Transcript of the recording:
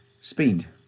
speed